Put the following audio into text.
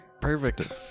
Perfect